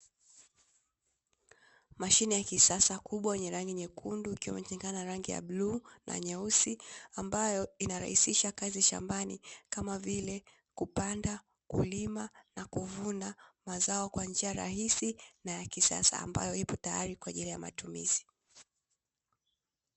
Mashine ya kisasa kubwa yenye rangi nyekundu ikiwa imechanganywa na rangi ya bluu na nyeusi ambayo inarahisisha kazi shambani kama vile kupanda, kulima na kuvuna mazao kwa njia rahisi na ya kisasa ambayo ipo tayari kwa ajili ya matumizi